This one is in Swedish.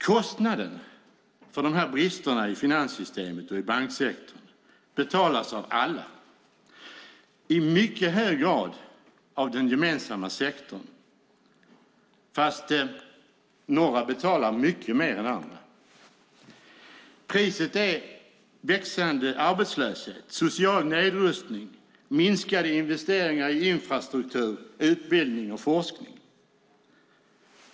Kostnaden för de här bristerna i finanssystemet och i banksektorn betalas av alla, i mycket hög grad av den gemensamma sektorn, fast några betalar mycket mer än andra. Priset är växande arbetslöshet, social nedrustning, minskade investeringar i infrastruktur, utbildning och forskning.